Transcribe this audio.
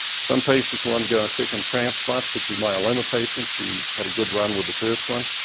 some patients will undergo a second transplant, particularly myeloma patients who had a good run with the first one.